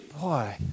Boy